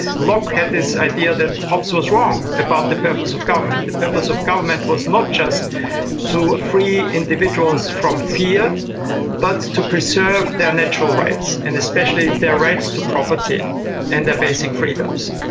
locke had this idea that hobbes was wrong about the purpose of government. the purpose of government was not just to free individuals from fear but to preserve their natural rights and especially their rights to property and their basic freedoms.